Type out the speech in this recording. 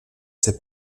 sait